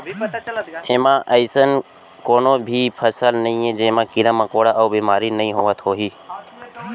अइसन कोनों भी फसल नइये जेमा कीरा मकोड़ा अउ बेमारी नइ होवत होही